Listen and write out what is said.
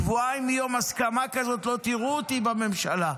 שבועיים מיום של הסכמה כזאת לא תראו אותי בממשלה.